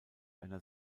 einer